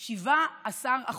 17%,